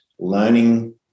Learning